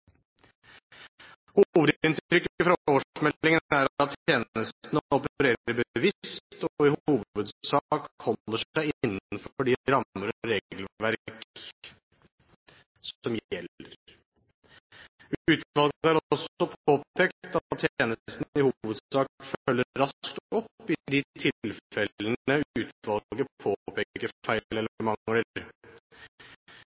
Hovedinntrykket fra årsmeldingen er at tjenestene opererer bevisst og i hovedsak holder seg innenfor de rammer og regelverk som gjelder. Utvalget har også påpekt at tjenestene i hovedsak følger raskt opp i de tilfellene utvalget påpeker